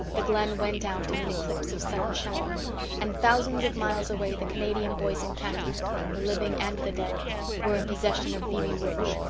the glen went out in an eclipse of sudden shadow and thousands of miles away the canadian boys in khaki the living and the dead were in possession of vimy ridge.